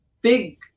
big